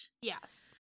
Yes